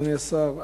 אדוני השר,